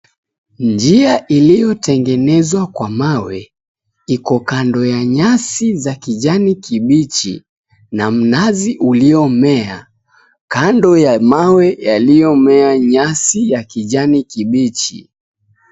Njia iliyotengenezwa kwa mawe iko kando ya nyasi za kijani kibichi na mnazi uliomea kando ya mawe yaliyomea nyasi za kijani kibichi.